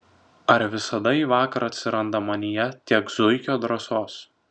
ar visada į vakarą atsiranda manyje tiek zuikio drąsos